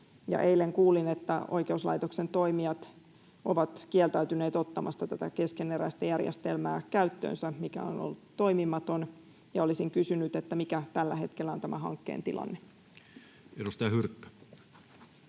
Eilen kuulin, että oikeuslaitoksen toimijat ovat kieltäytyneet ottamasta käyttöönsä tätä keskeneräistä järjestelmää, mikä on ollut toimimaton. Olisin kysynyt, mikä tällä hetkellä on tämän hankkeen tilanne. [Speech 472]